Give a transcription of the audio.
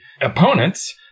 opponents